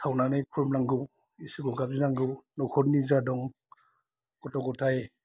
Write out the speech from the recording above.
सावनानै खुलुमनांगौ इसोरखौ गाब्रजिनांगौ न'खरनि जा दं गथ' गथाय